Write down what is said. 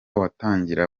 watangira